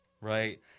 right